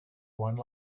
one